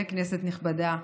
וכנסת נכבדה,